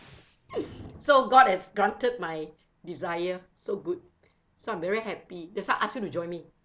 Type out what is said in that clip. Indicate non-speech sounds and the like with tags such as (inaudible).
(laughs) so god has granted my desire so good so I'm very happy that's why I ask you to join me